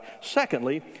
Secondly